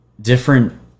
different